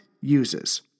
uses